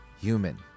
human